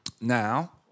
Now